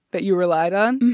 but you relied on.